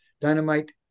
Dynamite